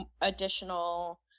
additional